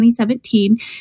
2017